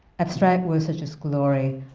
abstract words such as glory,